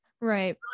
Right